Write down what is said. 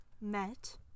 met